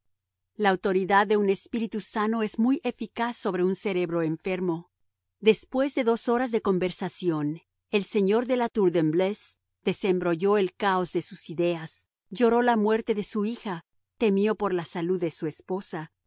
la autoridad de un espíritu sano es muy eficaz sobre un cerebro enfermo después de dos horas de conversación el señor de la tour de embleuse desembrolló el caos de sus ideas lloró la muerte de su hija temió por la salud de su esposa